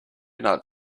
not